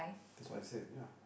that's why I said ya